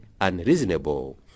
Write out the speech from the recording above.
unreasonable